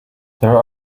there